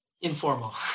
informal